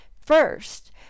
First